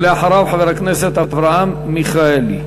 ולאחריו, חבר הכנסת אברהם מיכאלי.